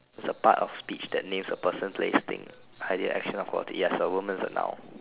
is a part of speech that names a person place thing idea action or quality ya so a woman's a noun